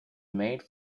made